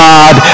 God